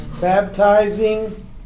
baptizing